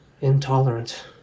intolerant